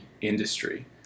industry